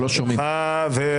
חברים.